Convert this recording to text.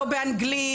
לא באנגלית,